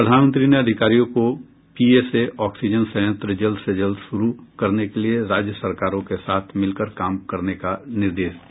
प्रधानमंत्री ने अधिकारियों को पीएसए ऑक्सीजन संयंत्र जल्द से जल्द श्रु करने के लिए राज्य सरकारों के साथ मिलकर काम करने का निर्देश दिया